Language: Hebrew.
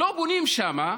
לא בונים שם,